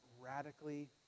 radically